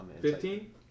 Fifteen